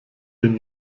den